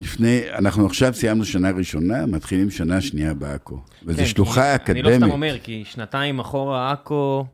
לפני, אנחנו עכשיו סיימנו שנה ראשונה, מתחילים שנה שנייה בעכו. וזו שלוחה אקדמית. אני לא סתם אומר, כי שנתיים אחורה עכו...